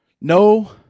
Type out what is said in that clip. No